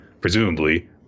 presumably